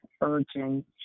urgent